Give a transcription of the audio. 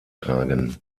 tragen